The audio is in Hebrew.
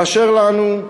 באשר לנו,